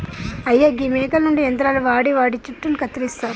అయ్యా గీ మేకల నుండి యంత్రాలు వాడి వాటి జుట్టును కత్తిరిస్తారు